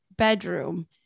bedroom